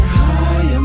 high